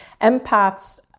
empaths